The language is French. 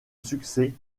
succès